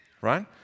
right